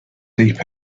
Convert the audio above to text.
deep